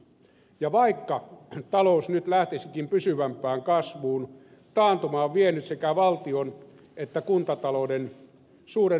ja vaikka talous nyt lähtisikin pysyvämpään kasvuun taantuma on vienyt sekä valtion että kuntatalouden suuren velkaantumisen tielle